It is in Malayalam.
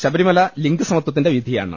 ശബരിമല ലിംഗസമത്വത്തിന്റെ വിധിയാണ്